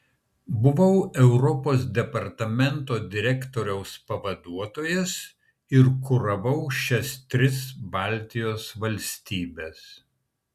buvau europos departamento direktoriaus pavaduotojas ir kuravau šias tris baltijos valstybes